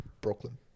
Brooklyn